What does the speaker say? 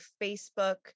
Facebook